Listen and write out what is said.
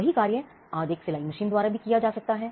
वही कार्य आज एक सिलाई मशीन द्वारा किया जा सकता है